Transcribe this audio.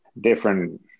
different